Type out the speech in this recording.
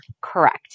Correct